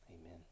Amen